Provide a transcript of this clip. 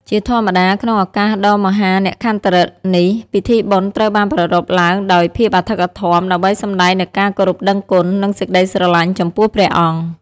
ជាធម្មតា ក្នុងឱកាសដ៏មហានក្ខត្តឫក្សនេះ ពិធីបុណ្យត្រូវបានប្រារព្ធឡើងដោយភាពអធិកអធម ដើម្បីសម្ដែងនូវការគោរពដឹងគុណ និងសេចក្តីស្រឡាញ់ចំពោះព្រះអង្គ។